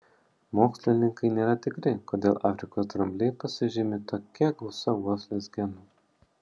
mokslininkai nėra tikri kodėl afrikos drambliai pasižymi tokia gausa uoslės genų